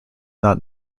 not